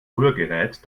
rührgerät